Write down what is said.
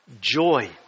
joy